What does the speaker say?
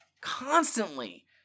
constantly